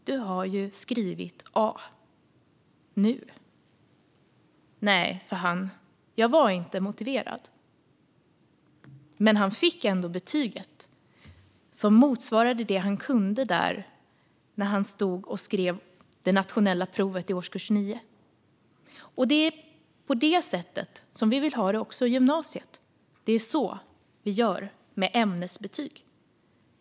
Du har ju skrivit A nu. Nej, sa min bror, jag var inte motiverad. Men han fick ändå betyget som motsvarade det han kunde när han skrev det nationella provet i årskurs 9. Det är på det sättet vi vill ha det i gymnasiet. Det är så vi gör med ämnesbetyg.